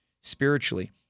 spiritually